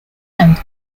and